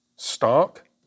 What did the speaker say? Stark